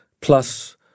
plus